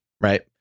right